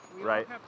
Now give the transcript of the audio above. right